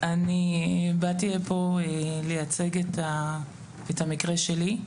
אני באתי לפה לייצג את המקרה שלי.